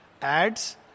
adds